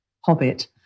hobbit